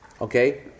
okay